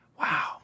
Wow